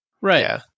Right